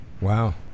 Wow